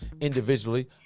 individually